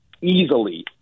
easily